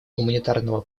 гуманитарного